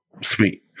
Sweet